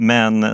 Men